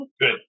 Good